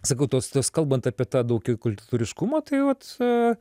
sakau tos tos kalbant apie tą daugiakulturiškumą tai vat vat